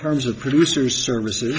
terms of producer services